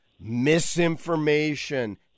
misinformation